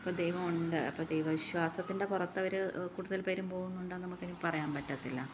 ഇപ്പോൾ ദൈവമുണ്ട് അപ്പോൾ ദൈവവിശ്വാസത്തിന്റെ പുറത്ത് അവർ കൂടുതൽ പേരും പോകുന്നുണ്ടെന്നു എനിക്ക് പറയാൻ പറ്റത്തില്ല